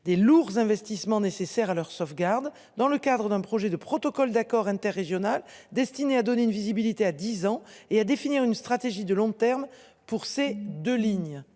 des lourds investissements nécessaires à leur sauvegarde dans le cadre d'un projet de protocole d'accord inter-régional destiné à donner une visibilité à 10 ans et à définir une stratégie de long terme pour ces 2 lignes.